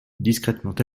discrètement